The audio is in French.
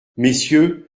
messieurs